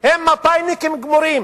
הם מפא"יניקים גמורים.